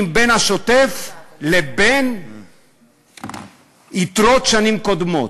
בין השוטף לבין יתרות של שנים קודמות.